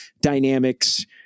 dynamics